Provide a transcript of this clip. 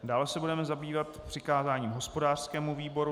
Dále se budeme zabývat přikázáním hospodářskému výboru.